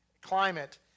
climate